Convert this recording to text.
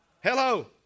Hello